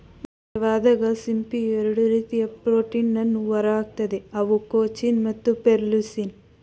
ಗಾಯವಾದಾಗ ಸಿಂಪಿಯು ಎರಡು ರೀತಿಯ ಪ್ರೋಟೀನನ್ನು ಹೊರಹಾಕ್ತದೆ ಅವು ಕೊಂಚಿನ್ ಮತ್ತು ಪೆರ್ಲುಸಿನ್